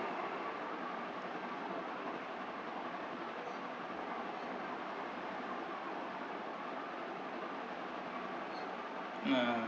mm ah